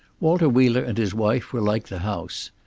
walter wheeler and his wife were like the house.